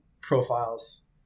profiles